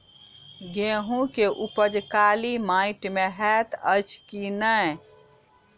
गेंहूँ केँ उपज काली माटि मे हएत अछि की नै?